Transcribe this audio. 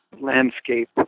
landscape